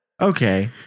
Okay